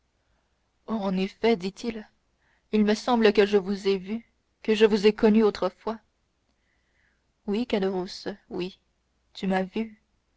en effet dit-il il me semble que je vous ai vu que je vous ai connu autrefois oui caderousse oui tu m'as vu